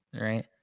Right